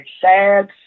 sad